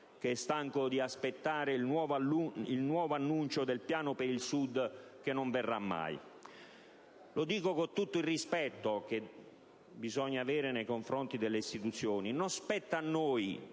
che è stanco di aspettare il nuovo annuncio del Piano per il Sud che non verrà mai. Lo dico con tutto il rispetto che bisogna avere nei confronti delle istituzioni: non spetta a noi